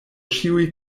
ĉiuj